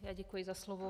Já děkuji za slovo.